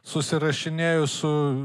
susirašinėju su